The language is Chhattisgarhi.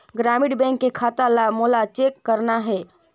ग्रामीण बैंक के खाता ला मोला चेक करना हे?